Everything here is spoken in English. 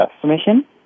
Permission